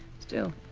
still.